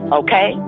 okay